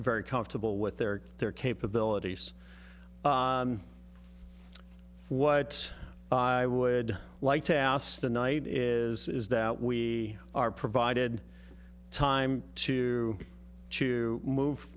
very comfortable with their their capabilities what i would like to ask the night is is that we are provided time to